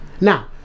Now